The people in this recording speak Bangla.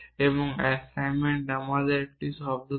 এবং অ্যাসাইনমেন্ট আমাদের একটি শব্দ দেয়